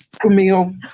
Camille